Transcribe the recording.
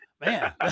Man